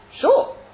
Sure